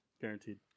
guaranteed